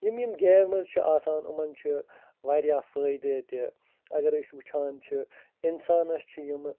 یِم یِم گیمٕز چھِ آسان یِمَن چھِ واریاہ فٲیدٕ تہِ اَگر أسۍ وٕچھان چھِ اِنسانَس چھِ یِمہٕ